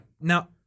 Now-